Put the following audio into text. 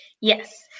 yes